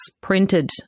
printed